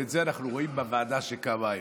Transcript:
ואת זה אנחנו רואים בוועדה שקמה היום.